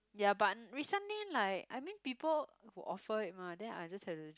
ya but recently like I mean people who offer it mah then I just have to